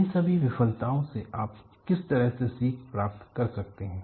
इन सभी विफलताओं से आप किस तरह की सीख प्राप्त कर सकते हैं